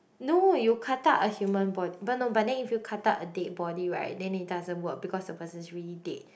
no you cut out a human body but no but then if you cut out a dead body right then it doesn't work because the person's already dead